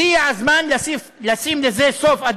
הגיע הזמן לשים לזה סוף,